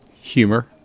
humor